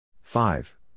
Five